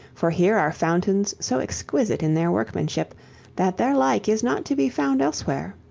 for here are fountains so exquisite in their workmanship that their like is not to be found elsewhere.